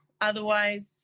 Otherwise